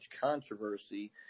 controversy